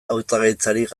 hautagaitzarik